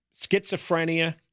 schizophrenia